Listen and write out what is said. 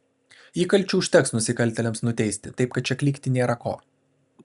įkalčių užteks nusikaltėliams nuteisti taip kad čia klykti nėra ko